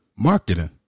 Marketing